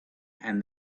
and